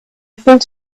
thought